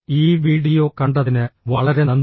ഈ വീഡിയോ കണ്ടതിന് വളരെ നന്ദി